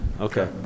Okay